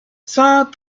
cent